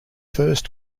first